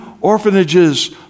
orphanages